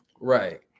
Right